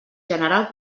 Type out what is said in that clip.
general